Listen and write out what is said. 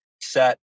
set